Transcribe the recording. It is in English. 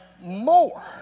more